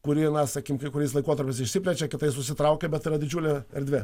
kuri na sakykim kai kuriais laikotarpiais išsiplečia kitais susitraukia bet yra didžiulė erdvė